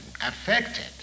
affected